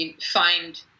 find